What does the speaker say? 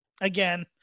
again